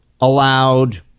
allowed